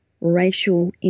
racial